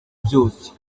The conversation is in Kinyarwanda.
byose